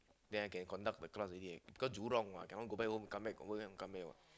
then I can conduct the class already because Jurong what cannot go back home come back go back home and come here what